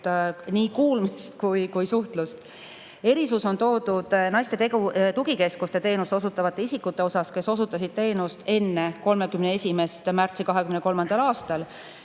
nii kuulmist kui suhtlust. Erisus on toodud naiste tugikeskuste teenust osutavate isikute puhul, kes osutasid teenust enne 31. märtsi 2023. aastal.